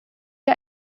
wir